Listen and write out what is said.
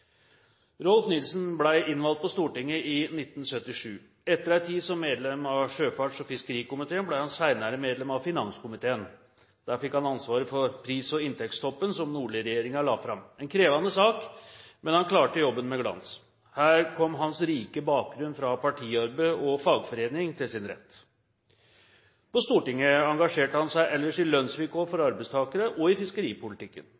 Rolf Nilssen ble innvalgt på Stortinget i 1977. Etter en tid som medlem av sjøfarts- og fiskerikomiteen, ble han senere medlem av finanskomiteen. Der fikk han ansvaret for «pris- og inntektsstoppen» som Nordli-regjeringen la fram, en krevende sak, men han klarte jobben med glans. Her kom hans rike bakgrunn fra partiarbeid og fagforening til sin rett. På Stortinget engasjerte han seg ellers i lønnsvilkår for